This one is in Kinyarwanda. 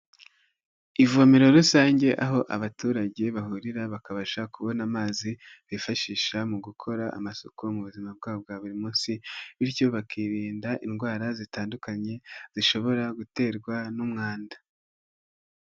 Ivomero rusange aho abaturage bahurira bakabasha kubona amazi bifashisha mu gukora amasuku mu buzima bwabo bwa buri munsi bityo bakirinda indwara zitandukanye zishobora guterwa n'umwanda.